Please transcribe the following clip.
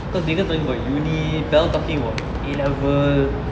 because megan was talking about uni belle talking about a level